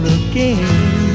again